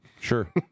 sure